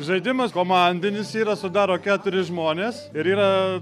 žaidimas komandinis yra sudaro keturi žmonės ir yra